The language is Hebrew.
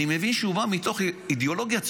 אני מבין שהוא בא מתוך אידיאולוגיה צרופה.